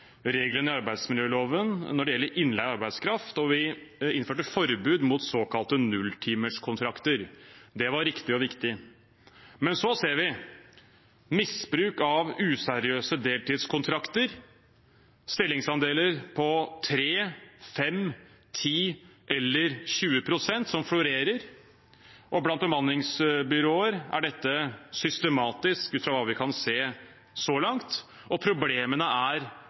reglene i arbeidsmiljøloven når det gjelder innleie av arbeidskraft, og vi innførte forbud mot såkalte nulltimerskontrakter. Det var riktig og viktig. Men så ser vi misbruk av useriøse deltidskontrakter og stillingsandeler på 3, 5, 10 eller 20 pst., som florerer. Blant bemanningsbyråer er dette systematisk, ut fra hva vi kan se så langt, og problemene er